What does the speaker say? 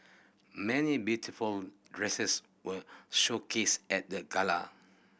many beautiful dresses were showcased at the gala